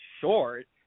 short